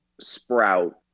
sprout